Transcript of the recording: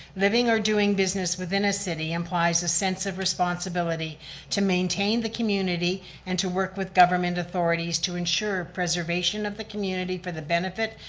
living or doing business within a city implies a sense of responsibility to maintain the community and to work with government authorities to ensure preservation of the community for the benefit,